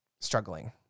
struggling